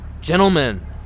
Gentlemen